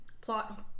plot